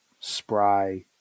spry